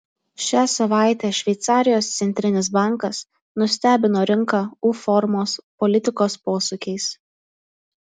šią savaitę šveicarijos centrinis bankas nustebino rinką u formos politikos posūkiais